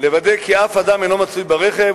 לוודא כי אף אדם אינו מצוי ברכב,